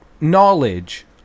knowledge